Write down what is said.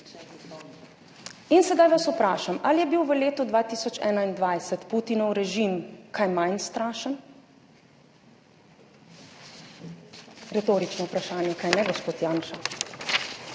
In sedaj vas vprašam, ali je bil v letu 2021 Putinov režim kaj manj strašen? Retorično vprašanje, kaj ne, gospod Janša.